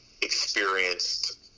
experienced